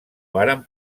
varen